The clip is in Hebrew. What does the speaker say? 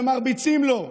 ומרביצים לו,